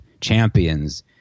champions